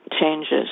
changes